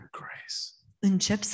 grace